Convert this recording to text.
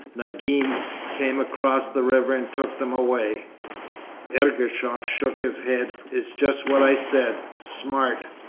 nagim came across the river and took them away ergushov shook his head. it's just what i said. smart.